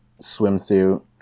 swimsuit